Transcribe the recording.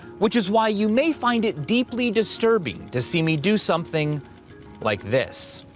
which is why you may find it deeply disturbing to see me do something like this.